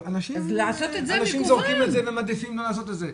אנשים זורקים את זה ומעדיפים לא לעשות את זה.